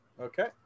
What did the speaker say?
Okay